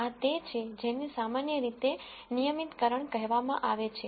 આ તે છે જેને સામાન્ય રીતે નિયમિતકરણ કહેવામાં આવે છે